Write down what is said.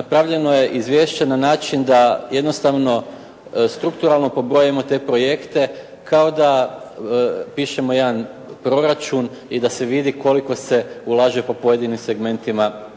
napravljeno je izvješće na način da jednostavno strukturalno pobrojimo te projekte kao da pišemo jedan proračun i da se vidi koliko se ulaže po pojedinim segmentima